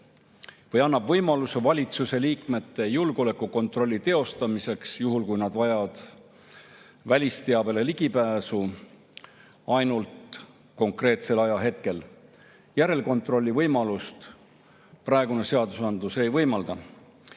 annab võimaluse valitsuse liikmete julgeolekukontrolli teostamiseks, juhul kui nad vajavad välisteabele ligipääsu, ainult konkreetsel ajahetkel. Järelkontrolli praegune seadusandlus ei võimalda.